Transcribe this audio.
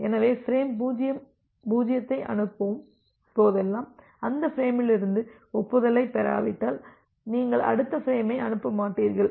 எனவே பிரேம் 0 ஐ அனுப்பும் போதெல்லாம் அந்த ஃபிரேமிலிருந்து ஒப்புதலைப் பெறாவிட்டால் நீங்கள் அடுத்த ஃபிரேமை அனுப்ப மாட்டீர்கள்